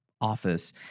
Office